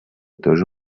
тоже